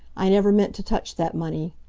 i never meant to touch that money.